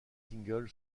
single